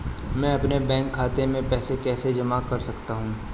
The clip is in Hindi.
मैं अपने बैंक खाते में पैसे कैसे जमा कर सकता हूँ?